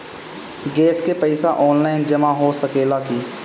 Gas के पइसा online जमा हो सकेला की?